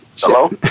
Hello